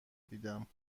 دیدم